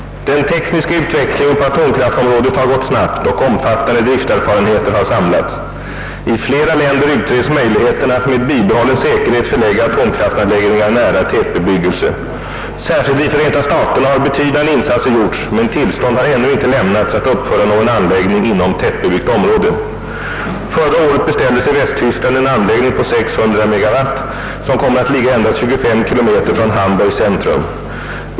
Den tekniska utvecklingen på atomkraftområdet har gått snabbt och omfattande drifterfarenheter har samlats. I flera länder utreds möjligheterna att med bibehållen säkerhet förlägga atomkraftanläggningar nära tätbebyggelse. Särskilt i Förenta staterna har betydande insatser gjorts, men tillstånd har ännu inte lämnats att uppföra någon anläggning inom tätbebyggt område. Förra året beställdes i Västtyskland en anläggning på 600 megawatt som kommer att ligga endast 25 km från Hamburgs centrum.